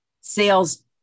sales